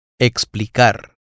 Explicar